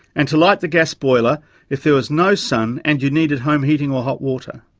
and to light the gas boiler if there was no sun and you needed home heating or hot water.